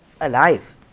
alive